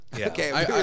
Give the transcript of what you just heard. Okay